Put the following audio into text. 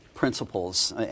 principles